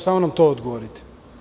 Samo nam to odgovorite?